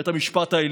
בית המשפט העליון,